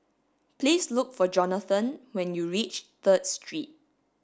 please look for Johnathan when you reach Third Street